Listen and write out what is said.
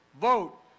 Vote